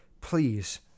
please